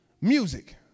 Music